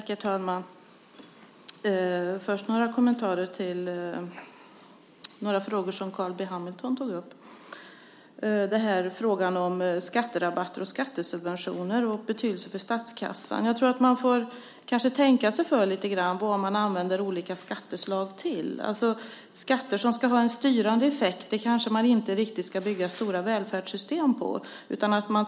Herr talman! Först vill jag ge några kommentarer till en del frågor som Carl B Hamilton tog upp. En fråga rörde skatterabatter, skattesubventioner och betydelsen för statskassan. Jag tror att man kanske får tänka sig för lite grann när det gäller vad man använder olika skatteslag till. Skatter som ska ha en styrande effekt kanske man inte ska bygga stora välfärdssystem på.